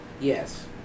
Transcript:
Yes